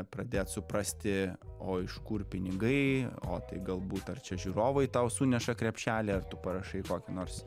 pradėt suprasti o iš kur pinigai o tai galbūt ar čia žiūrovai tau suneša krepšelį ar tu parašai kokį nors